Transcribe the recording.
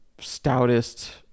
stoutest